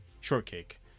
Shortcake